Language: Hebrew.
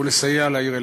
ולסייע לעיר אילת.